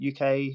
UK